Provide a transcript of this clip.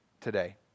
today